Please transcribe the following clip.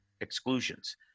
exclusions